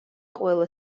ყველა